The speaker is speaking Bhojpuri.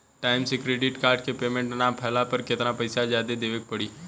टाइम से क्रेडिट कार्ड के पेमेंट ना कैला पर केतना पईसा जादे देवे के पड़ी?